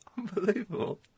Unbelievable